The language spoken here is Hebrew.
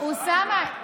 אוסאמה,